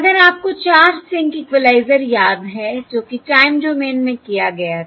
अगर आपको 4 sinc equaliser याद है जो कि टाइम डोमेन में किया गया था